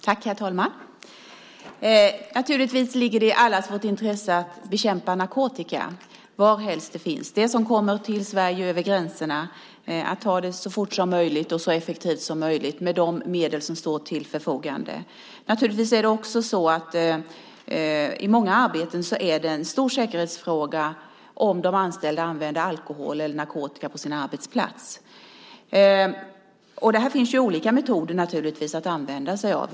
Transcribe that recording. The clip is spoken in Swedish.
Herr talman! Naturligtvis ligger det i allas vårt intresse att bekämpa narkotikan varhelst den finns och att ta den narkotika som kommer över gränserna till Sverige så fort och effektivt som möjligt med de medel som står till förfogande. Inom många arbeten är det en stor säkerhetsfråga om de anställda använder alkohol eller narkotika på sin arbetsplats. Här finns det olika metoder att använda sig av.